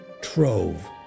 trove